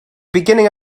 beginning